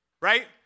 right